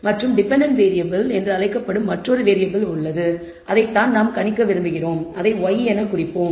மற்றும் dependent variable என்று அழைக்கப்படும் மற்றொரு வேறியபிள் உள்ளது அதை நாம் கணிக்க விரும்புகிறோம் அதை y என குறிப்போம்